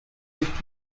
durch